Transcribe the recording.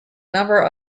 number